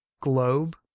globe